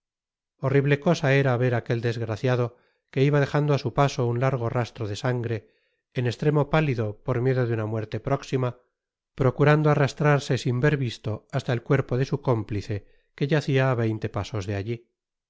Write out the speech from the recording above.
horrible cosa era ver á aquel desgraciado que iba dejando á su paso un largo rastro de sangre en estremo pálido por miedo de una muerte próxima procurando arrastrarse sin ser visto hasta el cuerpo de su cómplice que yacia á veinte pasos de alli